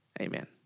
amen